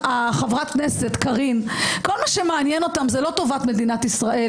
הינה, יש פה ביקורת שיפוטית.